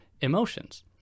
emotions